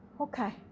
okay